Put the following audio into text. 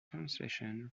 translation